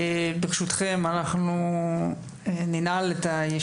ברשותכם, אנחנו ננעל את הישיבה.